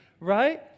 right